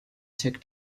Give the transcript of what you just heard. tik